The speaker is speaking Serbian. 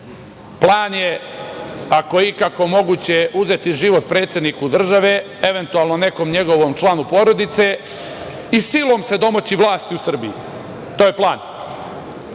plan je, ako je ikako moguće, uzeti život predsedniku države, eventualno nekom njegovom članu porodice i silom se domoći vlasti u Srbiji, to je plan. Evo,